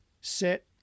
set